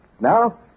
Now